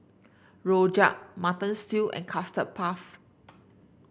rojak Mutton Stew and Custard Puff